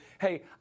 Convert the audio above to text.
hey